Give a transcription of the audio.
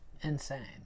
Insane